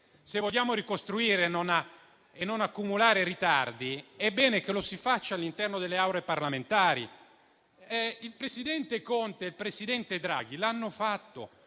se vogliamo ricostruire e non accumulare ritardi, è bene che lo si faccia all'interno delle Aule parlamentari. Il presidente Conte e il presidente Draghi l'hanno fatto,